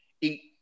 Eat